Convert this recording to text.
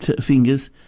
fingers